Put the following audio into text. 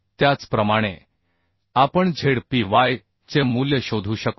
त्याचप्रमाणे आपण z p y चे मूल्य शोधू शकतो